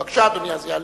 בבקשה, אדוני יעלה.